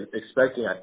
expecting